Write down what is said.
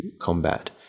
combat